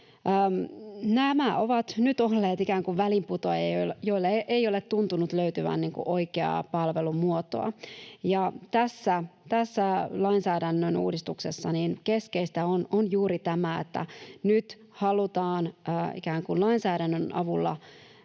Nämä ovat nyt olleet ikään kuin väliinputoajia, joille ei ole tuntunut löytyvän oikeaa palvelumuotoa, ja tässä lainsäädännön uudistuksessa keskeistä on juuri tämä, että nyt halutaan ikään kuin lainsäädännön avulla